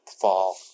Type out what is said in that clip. fall